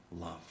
love